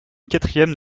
quatrième